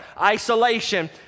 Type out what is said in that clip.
Isolation